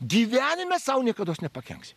gyvenime sau niekados nepakenksi